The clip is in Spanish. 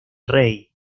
rey